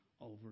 over